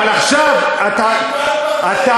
חיים, אתה בלי כיפה, אז הרבה לא יצא, יפה.